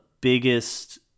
biggest